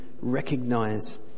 recognize